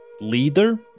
leader